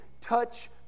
touch